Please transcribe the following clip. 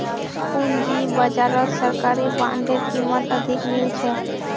पूंजी बाजारत सरकारी बॉन्डेर कीमत अधिक मिल छेक